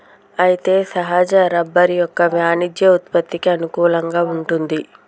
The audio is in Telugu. అయితే సహజ రబ్బరు యొక్క వాణిజ్య ఉత్పత్తికి అనుకూలంగా వుంటుంది